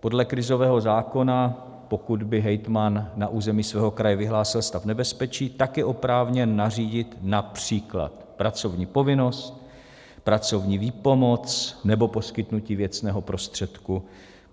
Podle krizového zákona pokud by hejtman na území svého kraje vyhlásil stav nebezpečí, tak je oprávněn nařídit např. pracovní povinnost, pracovní výpomoc nebo poskytnutí věcného prostředku